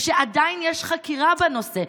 ושעדיין יש חקירה בנושא?